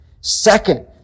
Second